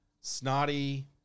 snotty